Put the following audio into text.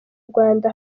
rwanda